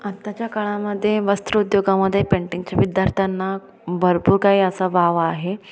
आताच्या काळामध्ये वस्त्रोद्योगामध्ये पेंटिंगच्या विद्यार्थ्यांना भरपूर काही असा वाव आहे